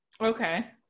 Okay